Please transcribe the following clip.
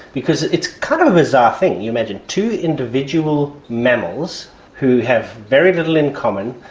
because it's kind of a bizarre thing, you imagine two individual mammals who have very little in common,